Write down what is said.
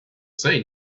say